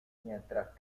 mientras